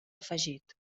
afegit